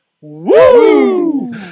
Woo